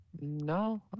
no